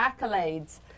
accolades